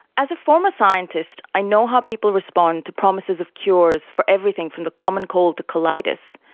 as a former scientist, i know how people respond to promises of cures for everything from the common cold to colitis,